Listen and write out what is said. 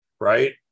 Right